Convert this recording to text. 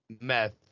Meth